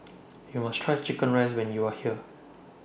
YOU must Try Chicken Rice when YOU Are here